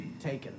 taken